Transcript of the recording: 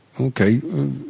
okay